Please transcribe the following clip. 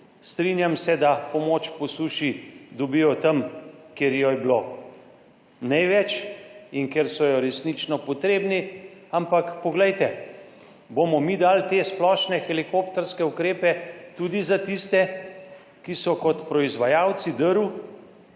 Strinjam se, da pomoč po suši dobijo tam, kjer jo je bilo največ in ker so resnično potrebni. Ampak poglejte bomo mi dali te splošne helikopterske ukrepe tudi za tiste, ki so kot proizvajalci drv